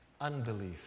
Unbelief